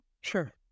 Sure